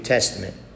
Testament